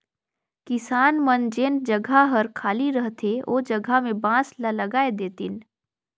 किसान मन जेन जघा हर खाली रहथे ओ जघा में बांस ल लगाय देतिन